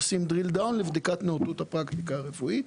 עושים Drill Down לבדיקת נאותות הפרקטיקה הרפואית.